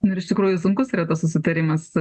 nu ir iš tikrųjų sunkus yra tas susitarimas